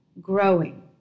growing